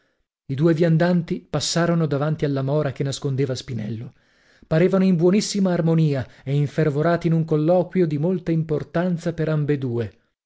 i due viandanti passarono davanti alla mora che nascondeva spinello parevano in buonissima armonia e infervorati in un colloquio di molta importanza per ambedue